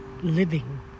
living